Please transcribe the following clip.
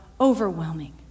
overwhelming